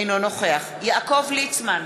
אינו נוכח יעקב ליצמן,